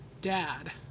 dad